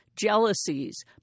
jealousies